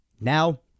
now